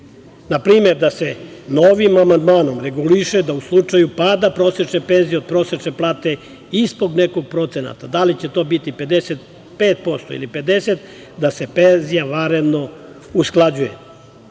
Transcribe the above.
na primer, da se novim amandmanom reguliše da u slučaju pada prosečne penzije od prosečne plate ispod nekog procenta, da li će to biti 55% ili 50%, da se penzija vanredno usklađuje. Ovim